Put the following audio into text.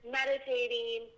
meditating